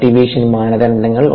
cultivation മാനദണ്ഡങ്ങൾ